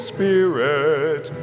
Spirit